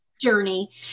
journey